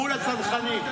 מול הצנחנים.